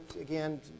again